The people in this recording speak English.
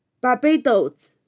Barbados